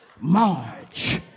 March